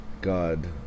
God